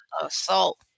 Assault